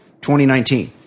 2019